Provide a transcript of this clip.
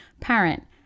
parent